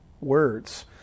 words